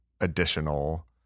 additional